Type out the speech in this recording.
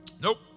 nope